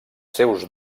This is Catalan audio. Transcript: seus